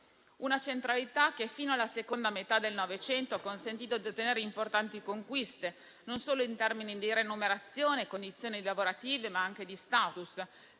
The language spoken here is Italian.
una centralità che, fino alla seconda metà del Novecento, ha consentito di ottenere importanti conquiste, in termini non solo di remunerazione e condizioni lavorative, ma anche di *status*.